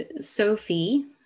Sophie